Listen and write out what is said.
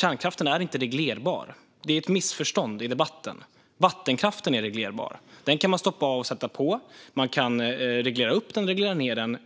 Kärnkraften är inte reglerbar. Det är ett missförstånd i debatten. Vattenkraften är reglerbar. Den kan man stänga av och sätta på. Man kan reglera upp den och reglera ned den